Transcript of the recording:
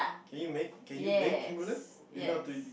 can you make can you bake creme brulee